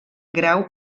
grau